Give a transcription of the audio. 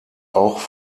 auch